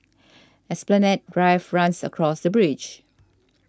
Esplanade Drive runs across the bridge